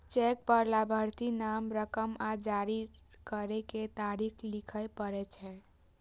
cheque पर लाभार्थीक नाम, रकम आ जारी करै के तारीख लिखय पड़ै छै